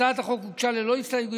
הצעת החוק הוגשה ללא הסתייגויות.